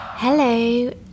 hello